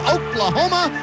Oklahoma